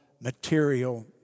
material